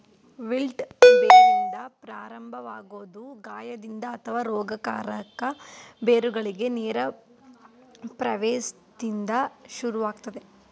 wilt ಬೇರಿಂದ ಪ್ರಾರಂಭವಾಗೊದು ಗಾಯದಿಂದ ಅಥವಾ ರೋಗಕಾರಕ ಬೇರುಗಳಿಗೆ ನೇರ ಪ್ರವೇಶ್ದಿಂದ ಶುರುವಾಗ್ತದೆ